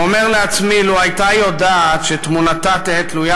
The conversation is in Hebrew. ואומר לעצמי: לו הייתה יודעת שתמונתה תהא תלויה